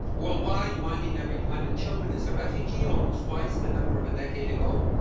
worldwide, one in every two hundred children is a refugee, almost twice the number of a decade ago.